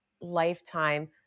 lifetime